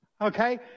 okay